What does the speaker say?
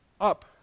Up